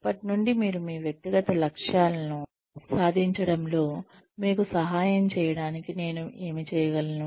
అప్పటి నుండి మీరు మీ వ్యక్తిగత లక్ష్యాలను సాధించడంలో మీకు సహాయం చేయడానికి నేను ఏమి చేయగలను